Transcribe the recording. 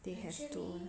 they have to